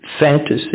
fantasy